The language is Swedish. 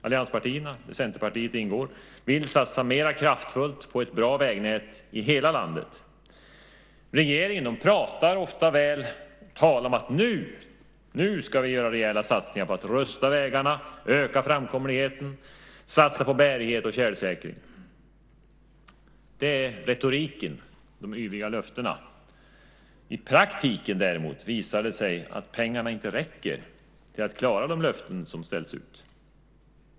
Allianspartierna, där Centerpartiet ingår, vill satsa mera kraftfullt på ett bra vägnät i hela landet. Regeringen pratar ofta väl och talar om att nu ska vi göra rejäla satsningar på att rusta vägarna, öka framkomligheten, satsa på bärighet och tjälsäkring. Det är retoriken, de yviga löftena. I praktiken däremot visar det sig att pengarna inte räcker till att klara de löften som ställs ut.